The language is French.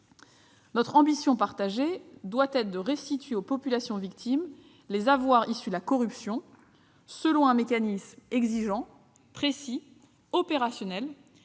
Notre ambition partagée doit être de restituer aux populations victimes les avoirs issus de la corruption, selon un mécanisme exigeant, précis, opérationnel et